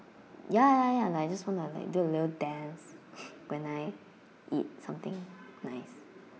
ya ya ya like I just want to like do a little dance when I eat something nice